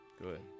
Good